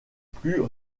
plus